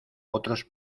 otros